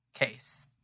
case